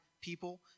people